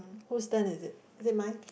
who's done it is it is mine